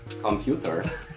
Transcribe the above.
computer